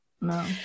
No